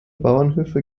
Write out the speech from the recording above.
bauernhöfe